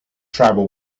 tribal